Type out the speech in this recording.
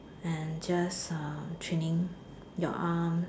and just uh training your arms